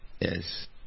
Yes